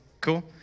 Cool